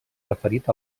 referit